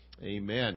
Amen